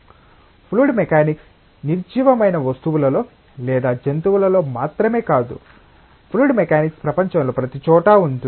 fluid mechanics నిర్జీవమైన వస్తువులలో లేదా జంతువులలో మాత్రమే కాదు ఫ్లూయిడ్ మెకానిక్స్ ప్రపంచంలో ప్రతిచోటా ఉంటుంది